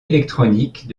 électronique